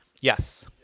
Yes